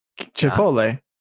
Chipotle